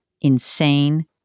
insane